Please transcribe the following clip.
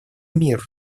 мир